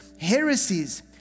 heresies